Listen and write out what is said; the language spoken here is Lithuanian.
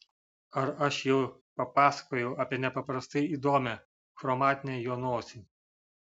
ar aš jau papasakojau apie nepaprastai įdomią chromatinę jo nosį